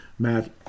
Matt